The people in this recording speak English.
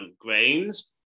grains